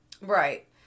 Right